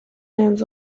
hands